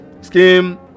scheme